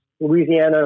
Louisiana